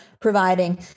providing